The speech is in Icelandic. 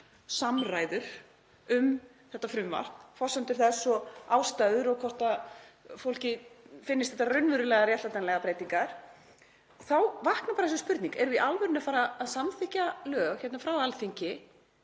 samræður um þetta frumvarp, forsendur þess og ástæður og hvort fólki finnist þetta raunverulega réttlætanlegar breytingar. Þá vaknar bara þessi spurning: Erum við í alvörunni að fara að samþykkja lög frá Alþingi